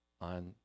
on